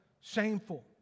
shameful